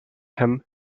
hem